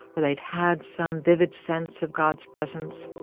or they'd had some vivid sense of god's presence